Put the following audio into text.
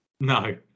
No